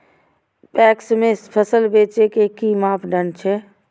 PACS में फसल बेचे के कि मापदंड छै?